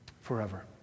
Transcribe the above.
forever